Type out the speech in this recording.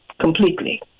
completely